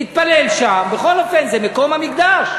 להתפלל שם, בכל אופן, זה מקום המקדש.